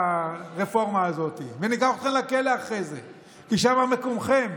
הרפורמה הזאת וניקח אתכם לכלא אחרי זה כי שם מקומכם.